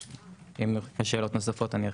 אם יהיו שאלות נוספות, אני ארחיב.